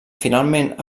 finalment